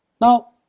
Now